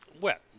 Wet